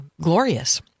glorious